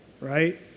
right